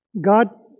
God